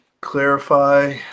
clarify